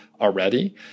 already